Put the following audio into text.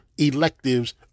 electives